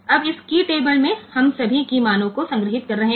अब इस key table में हम सभी कीय मानों को संग्रहीत कर रहे हैं